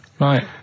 Right